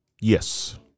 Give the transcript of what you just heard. yes